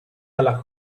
alla